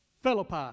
philippi